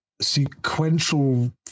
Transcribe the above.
sequential